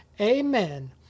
Amen